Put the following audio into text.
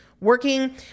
working